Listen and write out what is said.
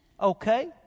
okay